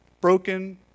broken